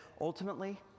ultimately